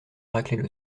raclaient